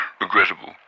Regrettable